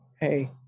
Hey